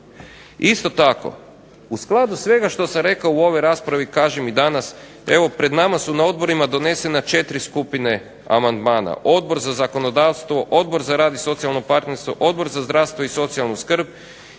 Isto tako, u skladu svega što sam rekao u ovoj raspravi kažem i danas pred nama su na odborima donesena 4 skupine amandmana. Odbor za zakonodavstvo, Odbor za rad i socijalno partnerstvo, Odbor za zdravstvo i socijalnu skrb,